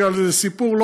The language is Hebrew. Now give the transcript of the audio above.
זה סיפור,